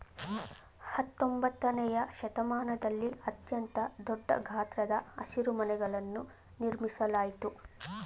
ಹತ್ತೊಂಬತ್ತನೆಯ ಶತಮಾನದಲ್ಲಿ ಅತ್ಯಂತ ದೊಡ್ಡ ಗಾತ್ರದ ಹಸಿರುಮನೆಗಳನ್ನು ನಿರ್ಮಿಸಲಾಯ್ತು